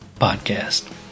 Podcast